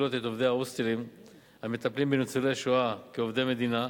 לקלוט את עובדי ההוסטלים המטפלים בניצולי השואה כעובדי המדינה.